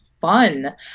fun